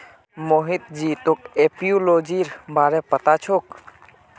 मोहित जी तोक एपियोलॉजीर बारे पता छोक